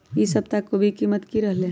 ई सप्ताह कोवी के कीमत की रहलै?